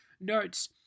notes